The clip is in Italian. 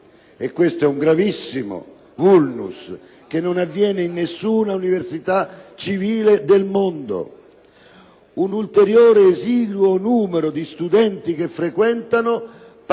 e questo è un gravissimo *vulnus*, che non avviene in alcuna università civile del mondo. Un ulteriore esiguo numero di studenti che frequentano,